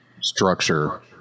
structure